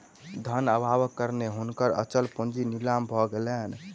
धन अभावक कारणेँ हुनकर अचल पूंजी नीलाम भ गेलैन